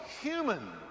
human